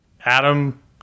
Adam